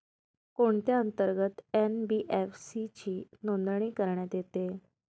कोणत्या अंतर्गत एन.बी.एफ.सी ची नोंदणी करण्यात येते?